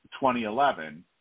2011